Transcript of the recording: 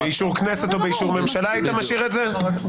--- באישור כנסת או באישור ממשלה היית משאיר את זה?